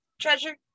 Treasure